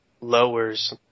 lowers